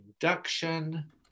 induction